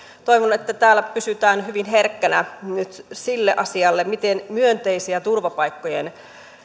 toivon että täällä pysytään hyvin herkkänä nyt sille asialle miten myönteisten turvapaikkojen